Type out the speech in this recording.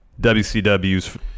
wcw's